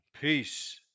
Peace